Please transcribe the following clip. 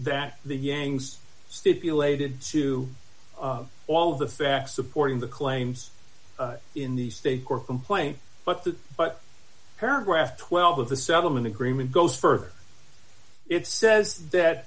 that the yangs stipulated to all the facts supporting the claims in the state court complaint but that but paragraph twelve of the settlement agreement goes further it says that